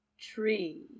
Tree